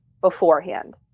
beforehand